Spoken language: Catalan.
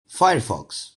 firefox